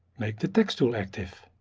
make the text tool active.